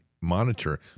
monitor